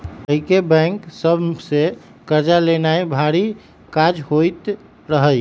पहिके बैंक सभ से कर्जा लेनाइ भारी काज होइत रहइ